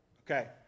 Okay